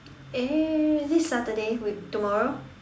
eh this Saturday wait tomorrow